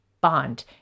bond